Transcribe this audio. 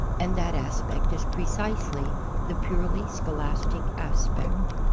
and that aspect is pre cisely the purely scholastic aspect.